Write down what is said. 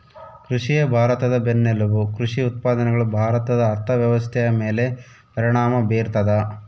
ಕೃಷಿಯೇ ಭಾರತದ ಬೆನ್ನೆಲುಬು ಕೃಷಿ ಉತ್ಪಾದನೆಗಳು ಭಾರತದ ಅರ್ಥವ್ಯವಸ್ಥೆಯ ಮೇಲೆ ಪರಿಣಾಮ ಬೀರ್ತದ